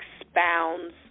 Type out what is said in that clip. expounds